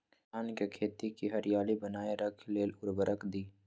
धान के खेती की हरियाली बनाय रख लेल उवर्रक दी?